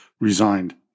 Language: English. resigned